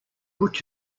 put